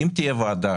אם תהיה ועדה